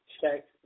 check